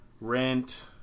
rent